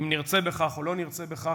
אם נרצה בכך או לא נרצה בכך,